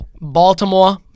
Baltimore